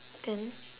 then